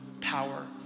power